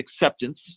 acceptance